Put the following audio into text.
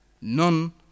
none